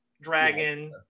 dragon